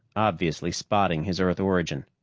obviously spotting his earth origin.